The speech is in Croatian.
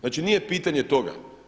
Znači nije pitanje toga.